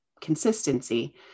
consistency